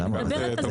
אני מדברת על תמרוקים.